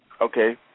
Okay